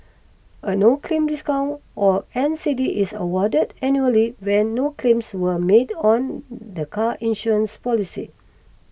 a no claim discount or N C D is awarded annually when no claims were made on the car insurance policy